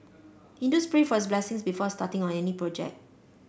Hindus pray for his blessing before starting on any project